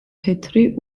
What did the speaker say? თეთრი